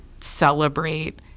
celebrate